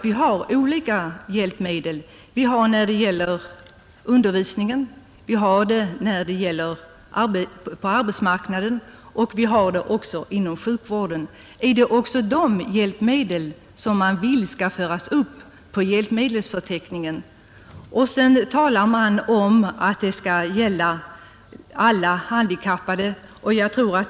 Vi har ju olika hjälpmedel — vi har hjälpmedel vid undervisningen, på arbetsmarknaden och inom sjukvården. Är det också de hjälpmedlen som man vill skall föras upp på hjälpmedelsförteckningen? I motionen säger man att rätten att kostnadsfritt få hjälpmedel bör utökas till att omfatta alla handikappgrupper.